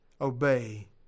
obey